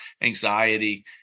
anxiety